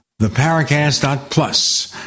theparacast.plus